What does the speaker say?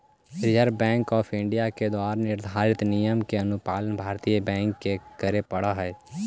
reserve Bank of India के द्वारा निर्धारित नियम के अनुपालन भारतीय बैंक के करे पड़ऽ हइ